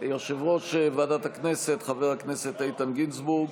יושב-ראש ועדת הכנסת חבר הכנסת איתן גינזבורג,